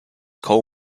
coal